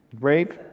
Rape